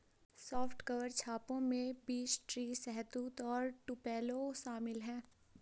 soft cover छापों में beech tree, शहतूत और टुपेलो शामिल है